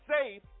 safe